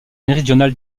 méridional